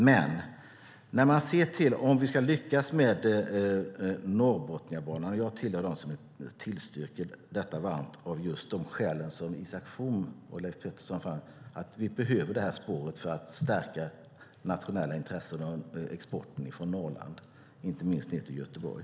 Jag tillhör dem som är varm tillskyndare av Norrbotniabanan, just av de skäl som Isak From och Leif Pettersson för fram, nämligen att vi behöver det här spåret för att stärka nationella intressen och exporten från Norrland, inte minst ned till Göteborg.